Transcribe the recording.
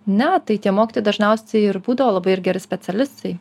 ne tai tie mokytojai dažniausiai ir būdavo labai ir geri specialistai